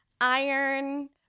iron